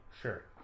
Sure